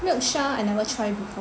Milksha I never try before